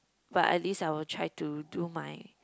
but at least I will try to do my